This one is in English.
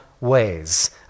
ways